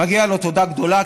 מגיעה לו תודה גדולה,